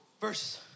verse